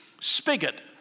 spigot